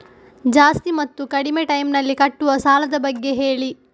ಜಾಸ್ತಿ ಮತ್ತು ಕಡಿಮೆ ಟೈಮ್ ನಲ್ಲಿ ಕಟ್ಟುವ ಸಾಲದ ಬಗ್ಗೆ ಹೇಳಿ